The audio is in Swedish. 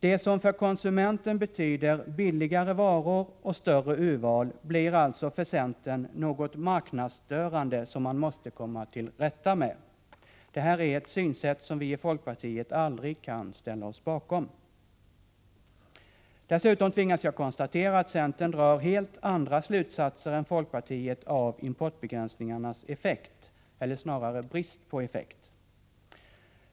Det som för konsumenten betyder billigare varor och större urval blir alltså för centern något marknadsstörande, som man måste komma till rätta med. Detta är ett synsätt som vi i folkpartiet aldrig kan ställa oss bakom. Dessutom tvingas jag konstatera att centern drar helt andra slutsatser än folkpartiet beträffande importbegränsningarnas effekt eller, snarare, brist på effekt.